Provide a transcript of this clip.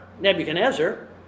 Nebuchadnezzar